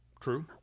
True